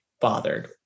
bothered